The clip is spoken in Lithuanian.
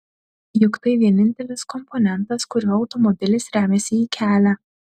juk tai vienintelis komponentas kuriuo automobilis remiasi į kelią